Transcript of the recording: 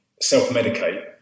self-medicate